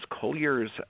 Collier's